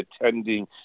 attending